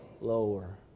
Lower